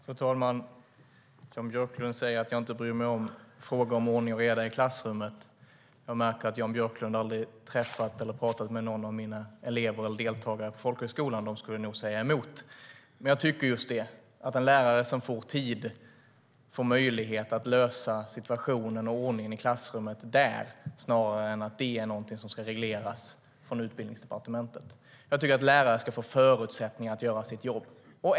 Fru talman! Jan Björklund säger att jag inte bryr mig om ordning och reda i klassrummet. Han har nog aldrig pratat med någon av mina elever på folkhögskolan, för de skulle säkert säga emot. En lärare som får tid får också möjlighet att lösa situationer på plats i klassrummet. Det ska inte regleras på Utbildningsdepartementet. Lärare ska få förutsättningar att göra sitt jobb.